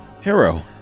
Hero